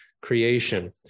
creation